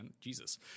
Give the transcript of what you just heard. Jesus